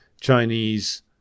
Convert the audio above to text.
Chinese